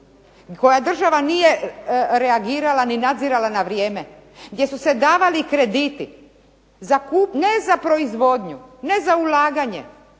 koja država nije reagirala ni nadzirala na vrijeme, gdje su se davali krediti za kupnju, ne za proizvodnju, ne za ulaganje